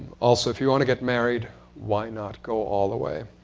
also if you want to get married, why not? go all the way.